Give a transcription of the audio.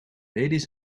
ladies